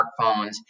smartphones